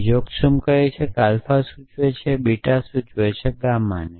બીજો ઑક્સિઓમ કહે છે કે આલ્ફા સૂચવે છે બીટા સૂચવે છે ગામાને